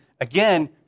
again